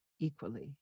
equally